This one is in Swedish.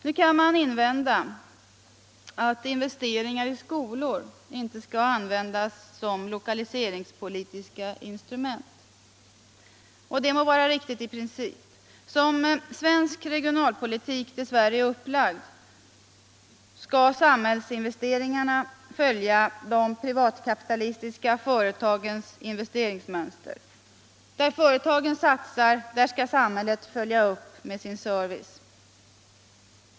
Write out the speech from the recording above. Nu kan man invända att investeringar i skolor inte skall användas som lokaliseringspolitiska instrument. Det må vara riktigt i princip. Som svensk regionalpolitik dess värre är upplagd skall samhällsinvesteringarna följa de privatkapitalistiska företagens investeringsmönster. Där företagen satsar skall samhället följa upp med sin service.